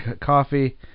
coffee